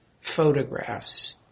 photographs